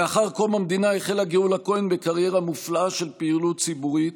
לאחר קום המדינה החלה גאולה כהן בקריירה מופלאה של פעילות ציבורית,